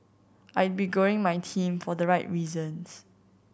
I'd be growing my team for the right reasons